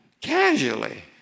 Casually